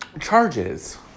charges